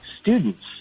students